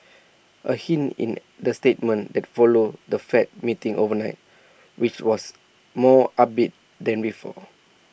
A hint in the statement that followed the fed meeting overnight which was more upbeat than before